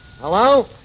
Hello